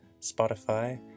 Spotify